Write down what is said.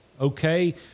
okay